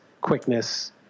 quickness